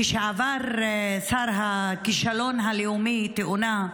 כשעבר שר הכישלון הלאומי תאונה,